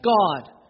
God